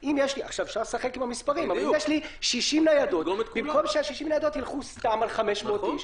אם עכשיו לקחתי מס' שמתחיל ב-05041 ואני דוגם ממנו 500 איש,